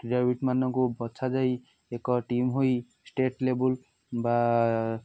କ୍ରିଡ଼ାବିତମାନଙ୍କୁ ବଛା ଯାଇ ଏକ ଟିମ୍ ହୋଇ ଷ୍ଟେଟ୍ ଲେବୁଲ ବା